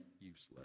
useless